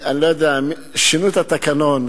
שינו את התקנון.